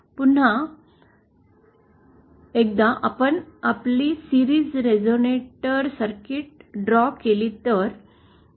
पुन्हा एकदा आपण आपली सीरीज रेसोनेटर सर्किट ड्रॉ केली तर